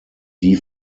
die